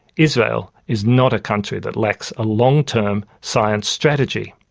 israel is not a country that lacks a long-term science strategy.